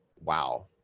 Wow